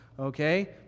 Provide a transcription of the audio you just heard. okay